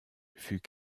fut